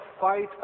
fight